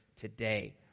today